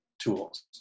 tools